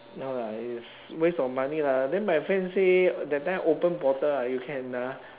no lah it's waste of money lah then my friend say that time open bottle ah you can ah